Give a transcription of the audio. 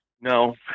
No